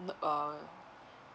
n~ uh